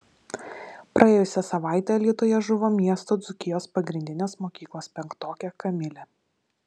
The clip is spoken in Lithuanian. praėjusią savaitę alytuje žuvo miesto dzūkijos pagrindinės mokyklos penktokė kamilė